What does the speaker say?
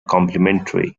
complementary